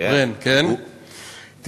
ברן, ברן, מ"פ בגדוד של אבא שלי.